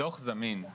הדו"ח זמין,